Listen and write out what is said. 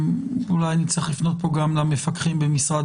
ואולי אצטרך לפנות פה גם למפקחים במשרד